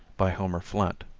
by homer flint.